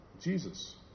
Jesus